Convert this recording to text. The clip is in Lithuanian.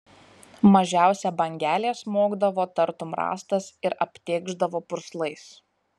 mažiausia bangelė smogdavo tartum rąstas ir aptėkšdavo purslais